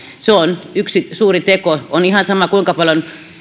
se on yksi suuri teko on ihan sama kuinka paljon